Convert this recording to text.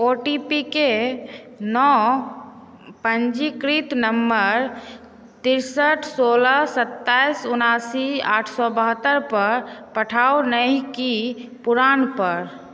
ओटीपीकेँ नव पंजीकृत नम्बर तिरसठि सोलह सत्ताइस उनासी आठ सए बहत्तरि पर पठाउ नहि कि पुरान पर